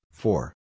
four